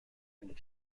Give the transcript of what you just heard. and